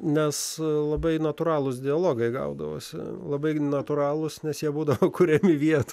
nes labai natūralūs dialogai gaudavosi labai natūralūs nes jie būdavo kuriami vietoj